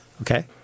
Okay